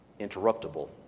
interruptible